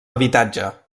habitatge